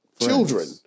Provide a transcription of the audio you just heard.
children